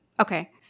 Okay